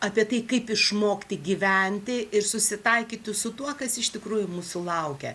apie tai kaip išmokti gyventi ir susitaikyti su tuo kas iš tikrųjų mūsų laukia